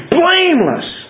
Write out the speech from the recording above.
blameless